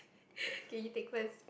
okay you take first